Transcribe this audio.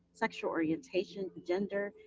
sexual orientation, gender,